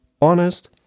honest